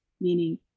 meaning